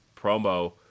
promo